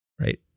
right